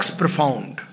profound